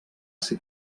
ser